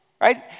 right